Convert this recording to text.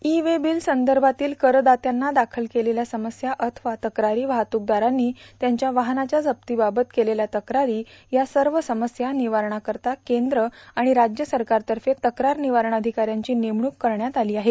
E way bill संदर्भातील करदात्यांना दाखल केलेल्या समस्या अववा तक्रारी वाहतूकदारांनी त्यांच्या वाहवाच्या जप्तीबाबत केलेल्या तक्रारी या सर्व समस्या विवारणा करिता केंद्र आणि राज्य सरकारतर्फे तक्रार निवारण अधिकाऱ्यांची वेमणूक करण्यात आली आहे